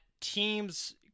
teams